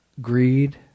greed